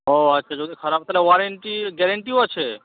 ও আচ্ছা যদি খারাপ তাহলে ওয়ারেন্টি গ্যারেন্টিও আছে